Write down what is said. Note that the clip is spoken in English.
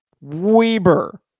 Weber